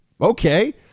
Okay